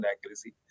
accuracy